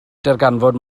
darganfod